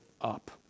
up